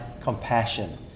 compassion